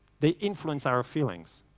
they influence our feelings.